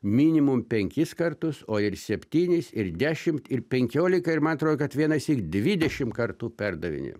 minimum penkis kartus o ir septynis ir dešimt ir penkiolika ir man atrodo kad vienąsyk dvidešim kartų perdarinėjom